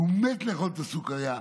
והוא מת לאכול את הסוכרייה,